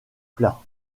plats